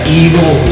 evil